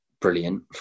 brilliant